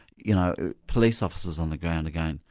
you know, police officers on the ground are going,